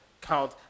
Count